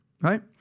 right